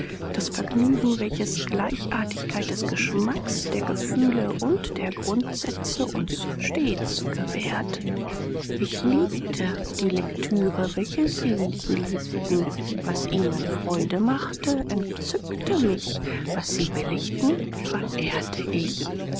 das vergnügen welches gleichartigkeit des geschmacks der gefühle und der grundsätze uns stets gewährt ich liebte die lektüre welche sie liebten was ihnen freude machte entzückte mich was sie billigten verehrte ich